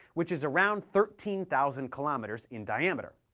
which is around thirteen thousand kilometers in diameter.